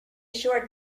short